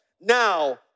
Now